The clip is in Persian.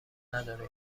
نداره